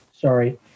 sorry